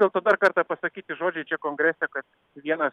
dėl to dar kartą pasakyti žodžiai čia kongrese kad vienas